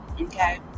Okay